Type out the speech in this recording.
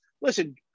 listen